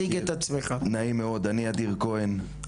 נעים מאוד אני אדיר כהן,